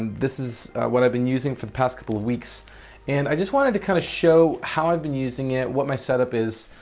and this is what i've been using for the past couple of weeks and i just wanted to kind of show how i've been using it and what my setup is.